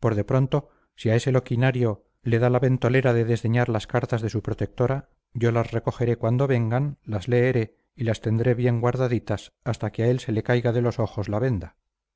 por de pronto si a ese loquinario le da la ventolera de desdeñar las cartas de su protectora yo las recogeré cuando vengan las leeré y las tendré bien guardaditas hasta que a él se le caiga de los ojos la venda